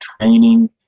training